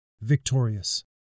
victorious